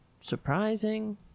surprising